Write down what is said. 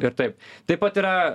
ir taip taip pat yra